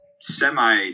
semi